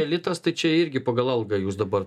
elitas tai čia irgi pagal algą jūs dabar